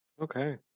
Okay